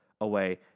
away